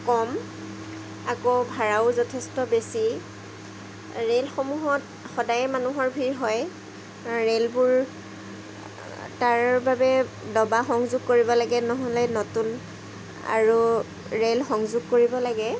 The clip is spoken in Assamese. কম আকৌ ভাড়াও যথেষ্ট বেছি ৰে'লসমূহত সদায় মানুহৰ ভিৰ হয় ৰে'লবোৰ তাৰ বাবে দবা সংযোগ কৰিব লাগে নহ'লে নতুন আৰু ৰে'ল সংযোগ কৰিব লাগে